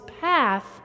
path